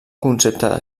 concepte